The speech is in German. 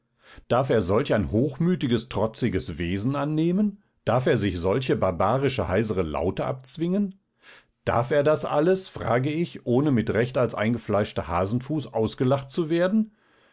darf er solch ein hochmütiges trotziges wesen annehmen darf er sich solche barbarische heisere laute abzwingen darf er das alles frage ich ohne mit recht als eingefleischter hasenfuß ausgelacht zu werden